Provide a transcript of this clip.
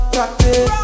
Practice